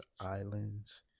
Islands